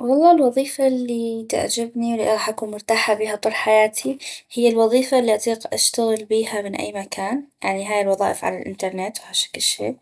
والله الوظيفة الي تعجبني والي غاح أكون مرتاحة بيها طول حياتي هي الوظيفة الي اطيق اشتغل بيها من اي مكان يعني هاي الوضائف على الإنترنت وهشكل شي